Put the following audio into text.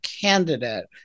candidate